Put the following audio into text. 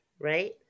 right